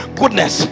goodness